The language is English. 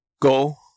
Go